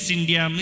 India